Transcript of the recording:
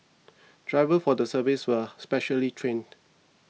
drivers for the service are specially trained